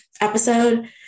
episode